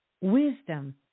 wisdom